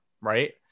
right